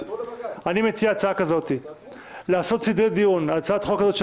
כדלקמן: לעשות סדרי דיון על הצעת החוק הזאת על